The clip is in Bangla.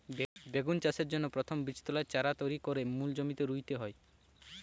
বেগুন চাষের জন্যে প্রথমে বীজতলায় চারা তৈরি কোরে মূল জমিতে রুইতে হয়